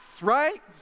Right